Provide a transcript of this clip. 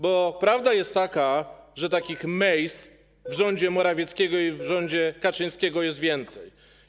Bo prawda jest taka, że takich Mejz w rządzie Morawieckiego i w rządzie Kaczyńskiego jest więcej.